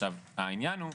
עכשיו העניין הוא,